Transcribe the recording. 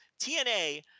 TNA